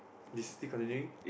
you still continuing